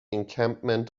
encampment